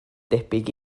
debyg